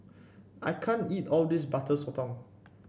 I can't eat all of this Butter Sotong